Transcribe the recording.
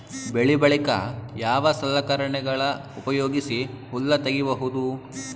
ಬೆಳಿ ಬಳಿಕ ಯಾವ ಸಲಕರಣೆಗಳ ಉಪಯೋಗಿಸಿ ಹುಲ್ಲ ತಗಿಬಹುದು?